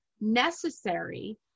necessary